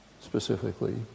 specifically